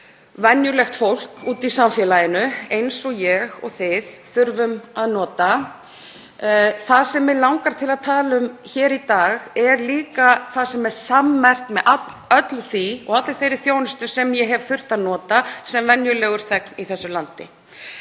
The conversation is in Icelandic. venjulegt fólk úti í samfélaginu eins og ég og þið þurfum að nota. Það sem mig langar til að tala um hér í dag er líka það sem er sammerkt með allri þeirri þjónustu sem ég hef þurft að nota sem venjulegur þegn í þessu landi.